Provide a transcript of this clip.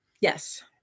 Yes